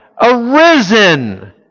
arisen